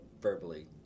verbally